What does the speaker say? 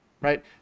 Right